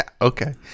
Okay